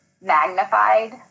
magnified